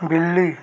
बिल्ली